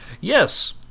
Yes